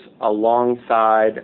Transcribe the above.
alongside